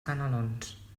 canelons